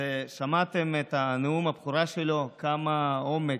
שמעתם את נאום הבכורה שלו, כמה עומק,